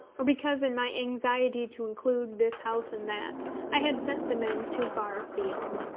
or because, in my anxiety to include this house and that, i had sent the men too far afield.